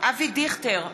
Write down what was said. אבי דיכטר,